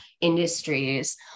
industries